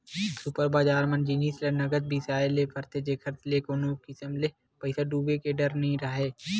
super बजार म जिनिस ल नगद बिसाए ल परथे जेखर ले कोनो किसम ले पइसा डूबे के डर नइ राहय